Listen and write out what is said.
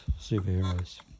superheroes